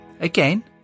Again